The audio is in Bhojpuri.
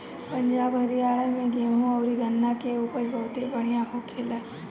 पंजाब, हरियाणा में गेंहू अउरी गन्ना के उपज बहुते बढ़िया होखेला